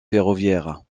ferroviaires